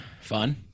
Fun